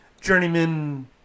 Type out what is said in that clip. journeyman